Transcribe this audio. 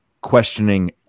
questioning